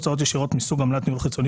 הוצאות ישירות מסוג עמלת ניהול חיצוני